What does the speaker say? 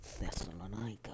Thessalonica